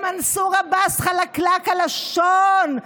מנסור עבאס חלקלק הלשון,